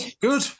good